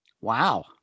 Wow